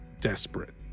Desperate